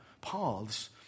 paths